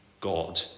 God